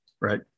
Right